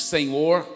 Senhor